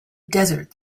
desert